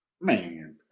Man